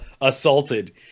assaulted